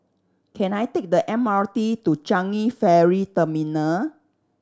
can I take the M R T to Changi Ferry Terminal